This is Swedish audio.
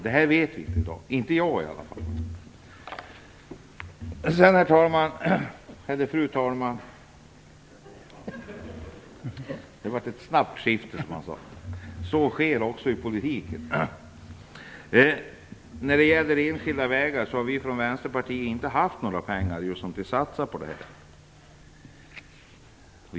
Det här vet vi ingenting om i dag, i varje fall inte jag. Fru talman! När det gäller enskilda vägar har vi från Vänsterpartiet inte haft några pengar att satsa på dem.